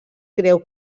creu